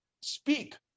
speak